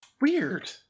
Weird